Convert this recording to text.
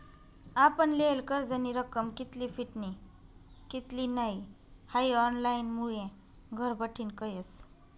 आपण लेयेल कर्जनी रक्कम कित्ली फिटनी कित्ली नै हाई ऑनलाईनमुये घरबठीन कयस